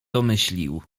domyślił